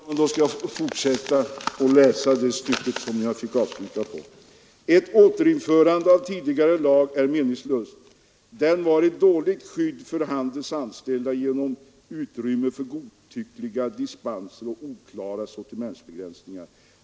Fru talman! Då skall jag fortsätta att läsa det stycke som jag fick avbryta tidigare: ”Ett återinförande av tidigare lag är meningslöst. Den var ett dåligt skydd för handelns anställda genom utrymme för godtyckliga dispenser och oklara sortimentgränser.